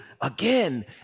again